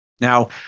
Now